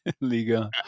Liga